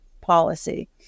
policy